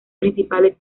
principales